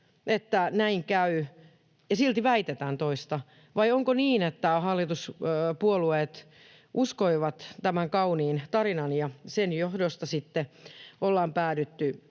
että näin käy ja silti väitetään toista, vai onko niin, että hallituspuolueet uskoivat tämän kauniin tarinan ja sen johdosta sitten ollaan päädytty